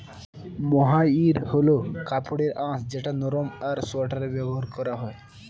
মহাইর হল কাপড়ের আঁশ যেটা নরম আর সোয়াটারে ব্যবহার করা হয়